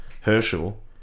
Herschel